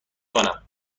کنم